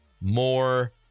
more